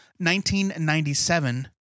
1997